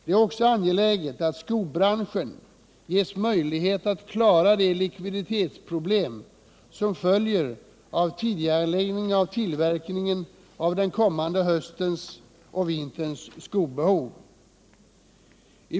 Det är angeläget att skobranschen ges möjlighet att klara de likviditetsproblem som följer av tidigareläggningen av tillverkningen av den kommande höstens och vinterns skobehov.